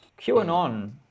QAnon